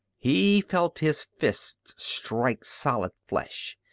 he felt his fists strike solid flesh,